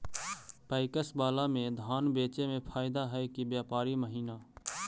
PACS बाला में धान बेचे मे फायदा है कि व्यापारी महिना?